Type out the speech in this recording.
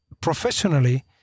professionally